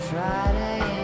Friday